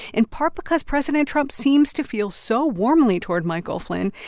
in part because president trump seems to feel so warmly toward michael flynn.